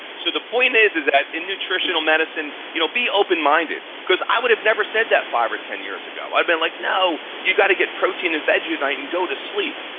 so the point is is that in nutritional medicine, you know, be open-minded. because i would have never said that five or ten years ago. i'd be like, no, you gotta get protein and veggies at night and go to sleep.